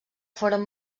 foren